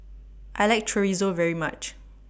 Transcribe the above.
I like Chorizo very much